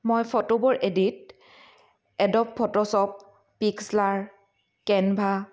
মই ফটোবোৰ edit Adobe Photoshop Pixlr Canva